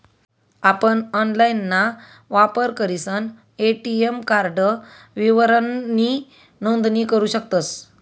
आपण ऑनलाइनना वापर करीसन ए.टी.एम कार्ड विवरणनी नोंदणी करू शकतस